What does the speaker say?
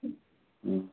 हम्म